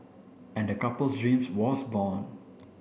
and the couple's dream was born